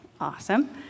Awesome